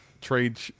trade